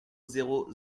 zéro